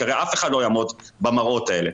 כי הרי אף אחד לא יעמוד במראות האלה,